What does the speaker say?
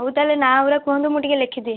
ହଉ ତାହେଲେ ନାଁ ଗୁରା କୁହନ୍ତୁ ମୁଁ ଲେଖିଦିଏ